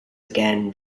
again